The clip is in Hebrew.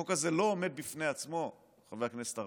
החוק הזה לא עומד בפני עצמו, חבר הכנסת ארבל.